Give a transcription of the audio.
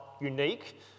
unique